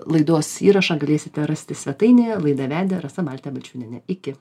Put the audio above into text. laidos įrašą galėsite rasti svetainėje laidą vedė rasa maltė balčiūnienė iki